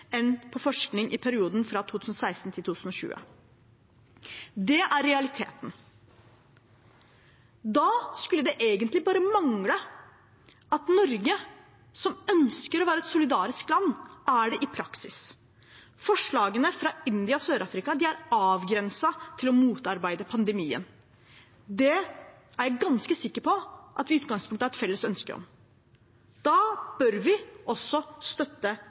enn på forskning i perioden fra 2016 til 2020. Det er realiteten. Da skulle det egentlig bare mangle at Norge, som ønsker å være et solidarisk land, er det i praksis. Forslaget fra India og Sør-Afrika er avgrenset til å motarbeide pandemien, og det er jeg ganske sikker på at vi i utgangspunktet har et felles ønske om. Da bør vi også støtte